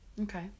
Okay